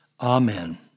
Amen